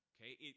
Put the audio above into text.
Okay